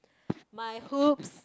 my hoops